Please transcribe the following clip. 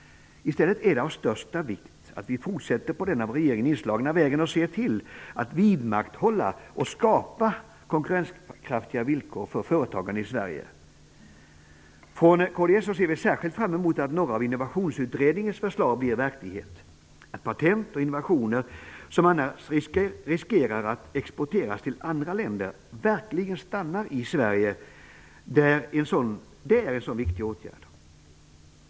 I stället är det av största vikt att vi fortsätter på den av regeringen inslagna vägen och ser till att vidmakthålla och skapa konkurrenskraftiga villkor för företagande i Sverige. Från kds ser vi särskilt fram emot att några av Innovationsutredningens förslag blir verklighet. Att patent och innovationer som annars riskerar att exporteras till andra länder verkligen stannar i Sverige är en sådan viktig åtgärd.